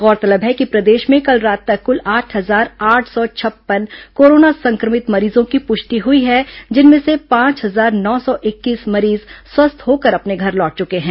गौरतलब है कि प्रदेश में कल रात तक कुल आठ हजार आठ सौ छप्पन कोरोना संक्रमित मरीजों की पुष्टि हुई हैं जिनमें से पांच हजार नौ सौ इक्कीस मरीज स्वस्थ होकर अपने घर लौट चुके हैं